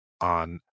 on